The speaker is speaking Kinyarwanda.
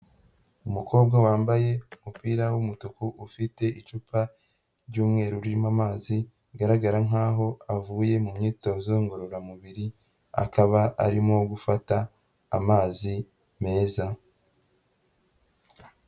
Umukobwa wambaye umupira w'umutuku ufite icupa ry'umweru ririmo amazi, bigaragara nkaho avuye mu myitozo ngororamubiri, akaba arimo gufata amazi meza.